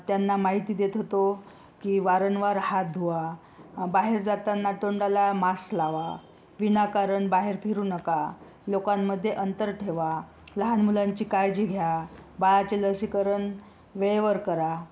त्यांना माहिती देत होतो की वारंवार हात धुवा बाहेर जाताना तोंडाला मास्क लावा विनाकारण बाहेर फिरू नका लोकांमध्ये अंतर ठेवा लहान मुलांची काळजी घ्या बाळांचे लसीकरण वेळेवर करा